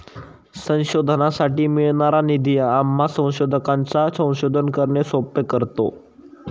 संशोधनासाठी मिळणारा निधी आम्हा संशोधकांचे संशोधन करणे सोपे करतो